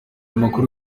makuru